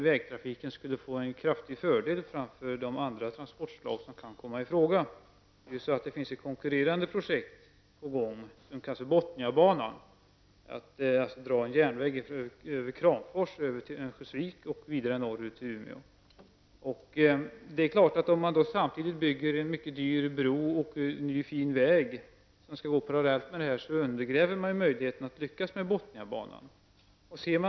Vägtrafiken skulle i detta fall få en kraftig fördel framför de andra transportslag som kan komma i fråga. Det finns nämligen ett konkurrerande projekt på gång, kallat Bottniabanan, vilket går ut på att dra en järnväg från Kramfors över till Örnsköldsvik och vidare norrut till Umeå. Det är klart att om man samtidigt bygger en mycket dyr bro och en ny, fin väg som skall gå parallellt, så undergräver man möjligheterna att lyckas med Bottniabanan.